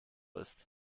ist